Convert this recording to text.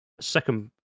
second